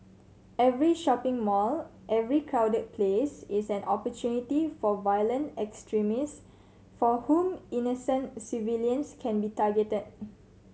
every shopping mall every crowded place is an opportunity for violent extremists for whom innocent civilians can be targeted